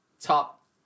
top